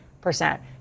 percent